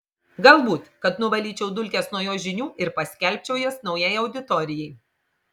galbūt kad nuvalyčiau dulkes nuo jo žinių ir paskelbčiau jas naujai auditorijai